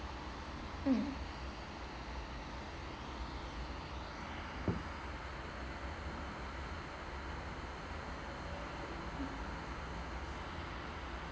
mm